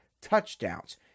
touchdowns